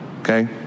okay